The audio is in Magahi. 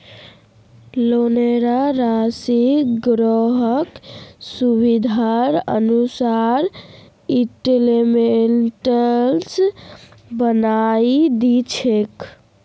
लोनेर राशिक ग्राहकेर सुविधार अनुसार इंस्टॉल्मेंटत बनई दी छेक